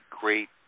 great